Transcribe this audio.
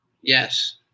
Yes